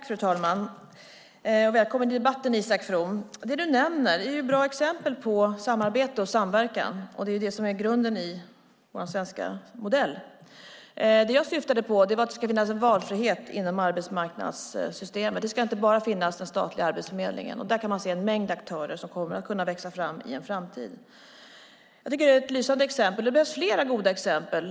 Fru talman! Välkommen till debatten, Isak From! Det du nämner är bra exempel på samarbete och samverkan. Det är det som är grunden i vår svenska modell. Jag syftade på att det ska finnas en valfrihet inom arbetsmarknadssystemet. Det ska inte finnas bara en statlig arbetsförmedling. Där kan vi se en mängd aktörer som kommer att växa fram i en framtid. Det här är ett lysande exempel. Det behövs fler goda lokala exempel.